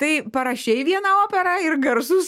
tai parašei vieną operą ir garsus